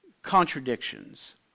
contradictions